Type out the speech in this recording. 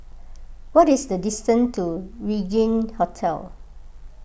what is the distance to Regin Hotel